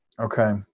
Okay